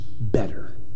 better